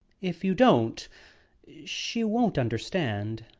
if you don't she won't understand.